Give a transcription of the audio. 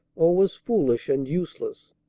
or was foolish and useless.